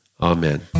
Amen